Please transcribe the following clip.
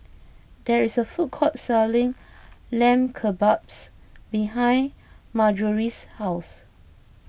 there is a food court selling Lamb Kebabs behind Marjorie's house